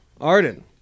Arden